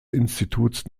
instituts